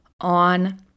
on